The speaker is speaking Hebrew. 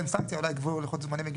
סנקציה אז הם יקבעו לוחות זמנים הגיוניים.